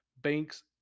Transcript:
Banks